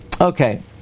Okay